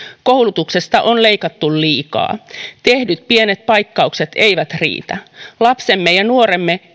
koulutuksesta on leikattu liikaa tehdyt pienet paikkaukset eivät riitä lapsemme ja nuoremme